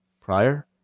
prior